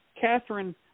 Catherine